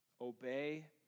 obey